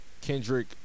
Kendrick